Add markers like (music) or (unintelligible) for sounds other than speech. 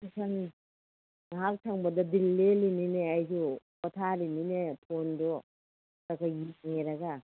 (unintelligible) ꯉꯍꯥꯛ ꯁꯪꯕꯗ ꯗꯤꯜ ꯂꯩꯜꯂꯤꯃꯤꯅꯦ ꯑꯩꯁꯨ ꯄꯣꯊꯥꯔꯤꯃꯤꯅꯦ ꯐꯣꯟꯗꯣ ꯈꯔ ꯈꯔ ꯌꯦꯡꯉꯦ ꯍꯥꯏꯔꯒ